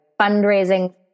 fundraising